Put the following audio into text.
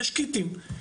יש קיטים.